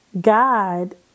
God